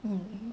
mm